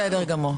בסדר גמור.